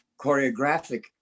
choreographic